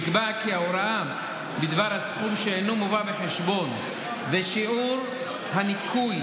נקבע כי ההוראה בדבר הסכום שאינו מובא בחשבון ושיעור הניכוי